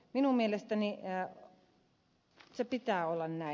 minun mielestäni sen pitää olla näin